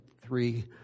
three